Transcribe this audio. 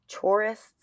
tourists